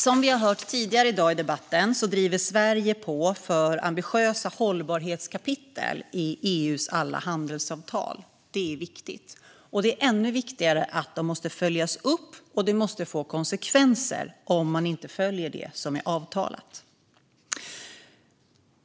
Som vi har hört tidigare i debatten driver Sverige på för ambitiösa hållbarhetskapitel i EU:s alla handelsavtal. Det är viktigt, men det är ännu viktigare att de följs upp. Det måste få konsekvenser om man inte följer det som är avtalat.